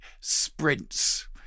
sprints